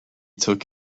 took